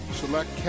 select